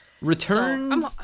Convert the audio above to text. return